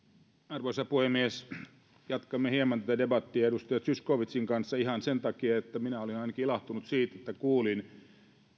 arvoisa puhemies jatkamme hieman tätä debattia edustaja zyskowiczin kanssa ihan sen takia että minä ainakin olin ilahtunut siitä että kuulin